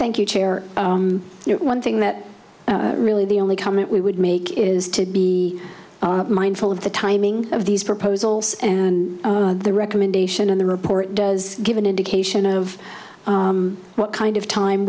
thank you chair you know one thing that really the only comment we would make is to be mindful of the timing of these proposals and the recommendation in the report does give an indication of what kind of time